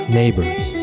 neighbors